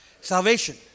Salvation